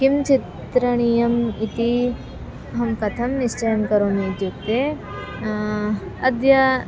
किं चित्रणीयम् इति अहं कथं निश्चयं करोमि इत्युक्ते अद्य